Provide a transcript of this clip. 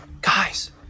Guys